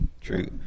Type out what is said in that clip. True